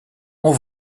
ont